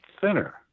thinner